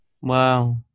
Wow